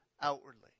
outwardly